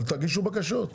אבל תגישו בקשות.